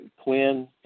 Quinn